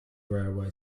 railway